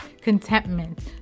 contentment